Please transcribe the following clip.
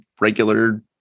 regular